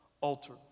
altar